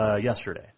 yesterday